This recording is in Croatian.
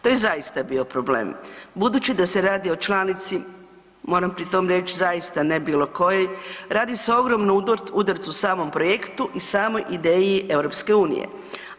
To je zaista bio problem budući da se radi o članici, moram pri tom reći, zaista ne bilokojoj, radi se o ogromnom udarcu samom projektu i samoj ideji EU-a.